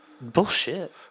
Bullshit